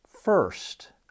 first